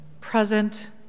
present